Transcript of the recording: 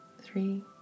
Three